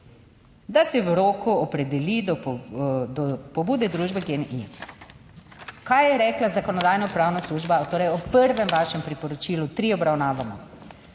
da se v roku opredeli do pobude družbe GEN-I. Kaj je rekla Zakonodajno-pravna služba? Torej ob prvem vašem priporočilu tri obravnavamo.